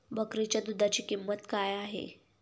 बकरीच्या दूधाची किंमत काय आहे?